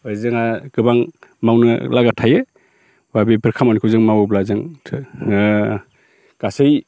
जोंहा गोबां मावनो लागा थायो एबा बेफोर खामानिखौ जों मावोब्ला जों गासै